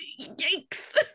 yikes